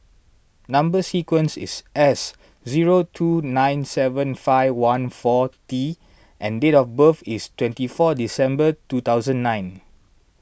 Number Sequence is S zero two nine seven five one four T and date of birth is twenty four December two thousand nine